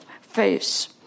face